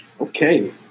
Okay